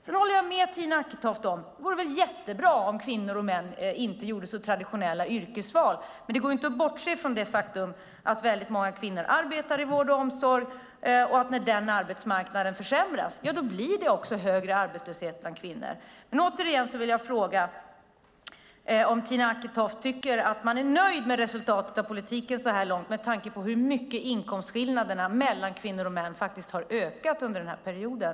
Jag håller med Tina Acketoft om att det vore väl jättebra om kvinnor och män inte gjorde så traditionella yrkesval, men det går inte att bortse från det faktum att väldigt många kvinnor arbetar i vård och omsorg och när den arbetsmarknaden försämras blir det också högre arbetslöshet bland kvinnor. Återigen vill jag fråga om Tina Acketoft är nöjd med resultat av politiken så här långt med tanke på hur mycket inkomstskillnaderna mellan kvinnor och män faktiskt har ökat under den här perioden.